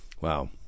Wow